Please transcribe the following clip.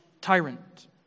tyrant